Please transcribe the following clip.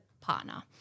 partner